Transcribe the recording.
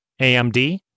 AMD